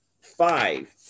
five